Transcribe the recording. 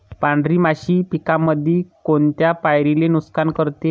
पांढरी माशी पिकामंदी कोनत्या पायरीले नुकसान करते?